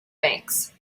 banks